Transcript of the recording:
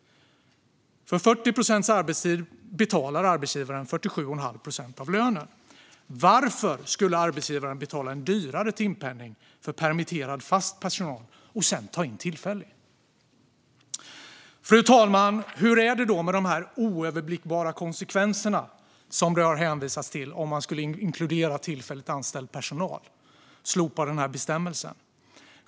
För 40 procents arbetstid betalar arbetsgivaren 47,5 procent av lönen. Varför skulle arbetsgivaren betala en dyrare timpenning för permitterad fast personal och sedan ta in tillfällig? Fru talman! Hur är det med de oöverblickbara konsekvenserna som det nu har hänvisats till, om man ska inkludera tillfälligt anställd personal och slopa bestämmelsen?